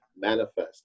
manifest